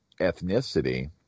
ethnicity